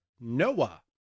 Noah